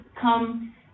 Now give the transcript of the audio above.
come